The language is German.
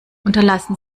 unterlassen